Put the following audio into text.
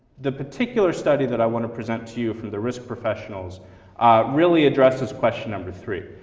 the particular study that i want to present to you for the risk professionals really addresses question number three.